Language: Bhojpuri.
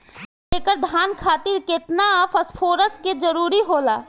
एक एकड़ धान खातीर केतना फास्फोरस के जरूरी होला?